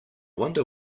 wonder